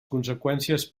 conseqüències